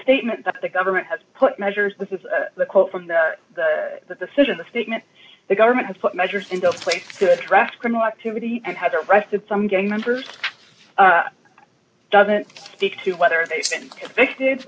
statement that the government has put measures this is the quote from the decision the statement the government has put measures in place to address criminal activity and has arrested some gang members doesn't speak to whether they